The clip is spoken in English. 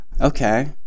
Okay